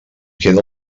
queda